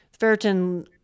Ferritin